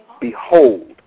Behold